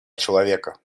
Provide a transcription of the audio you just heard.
человека